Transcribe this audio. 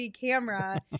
camera